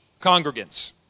congregants